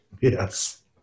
Yes